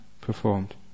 performed